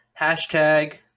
Hashtag